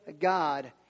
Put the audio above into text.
God